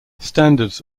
standards